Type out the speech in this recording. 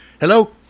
Hello